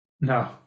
No